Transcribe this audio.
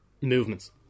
movements